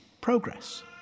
progress